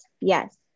yes